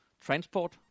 transport